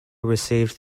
received